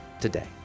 today